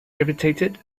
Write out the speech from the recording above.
irritated